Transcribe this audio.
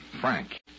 Frank